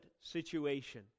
situation